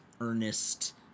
earnest